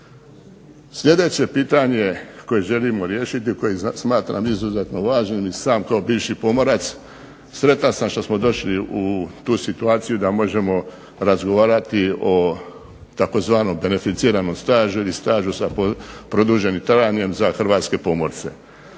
Sljedeće pitanje koje želimo riješiti, koje smatramo izuzetno važnim i sam kao bivši pomorac, sretan sam što smo došli u tu situaciju da možemo razgovarati o tzv. beneficiranom stažu ili stažu sa produženim trajanjem za Hrvatske pomorce.